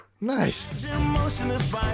Nice